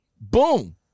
boom